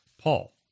Paul